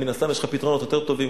מן הסתם יש לך פתרונות יותר טובים.